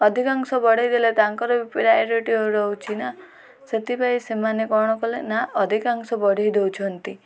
ଅଧିକାଂଶ ବଢ଼େଇ ଦେଲେ ତାଙ୍କର ବି ପ୍ରାୟୋରିଟି ହଉ ରହୁଛିି ନା ସେଥିପାଇଁ ସେମାନେ କ'ଣ କଲେ ନା ଅଧିକାଂଶ ବଢ଼େଇ ଦେଉଛନ୍ତି